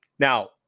Now